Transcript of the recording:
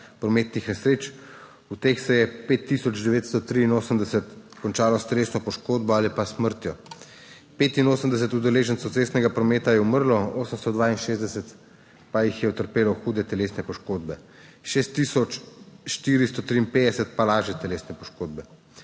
prometnih nesreč. Od teh se jih je 5 tisoč 983 končalo s telesno poškodbo ali pa s smrtjo. 85 udeležencev cestnega prometa je umrlo, 862 jih je utrpelo hude telesne poškodbe, 6 tisoč 453 pa lažje telesne poškodbe.